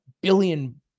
billion